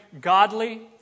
godly